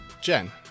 Jen